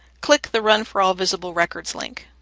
click the run for all visible records link.